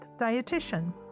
Dietitian